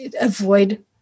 avoid